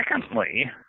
Secondly